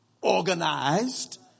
organized